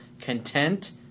content